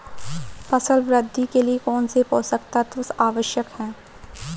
फसल वृद्धि के लिए कौनसे पोषक तत्व आवश्यक हैं?